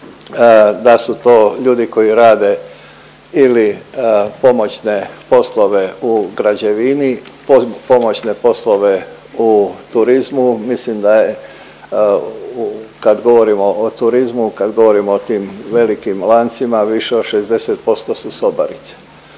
da su to ljudi koji rade ili pomoćne poslove u građevini, pomoćne poslove u turizmu, mislim da je u, kad govorimo o turizmu, kad govorimo o tim velikim lancima, više od 60% su sobarice.